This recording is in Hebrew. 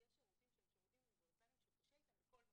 יש שירותים שהם שירותים אוניברסליים שקשה אתם בכל מקום.